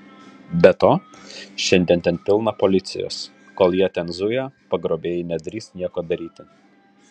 be to šiandien ten pilna policijos kol jie ten zuja pagrobėjai nedrįs nieko daryti